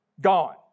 gone